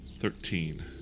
Thirteen